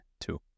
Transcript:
Two